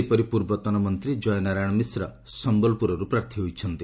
ସେହିପରି ପୂର୍ବତନ ମନ୍ତ୍ରୀ ଜୟନାରାୟଣ ମିଶ୍ର ସମ୍ଭଲପୁରରୁ ପ୍ରାର୍ଥୀ ହୋଇଛନ୍ତି